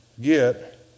get